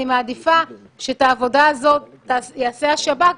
אני מעדיפה שאת העבודה הזאת יעשה השב"כ,